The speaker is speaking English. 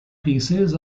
pieces